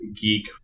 geek